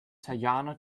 teyana